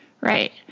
Right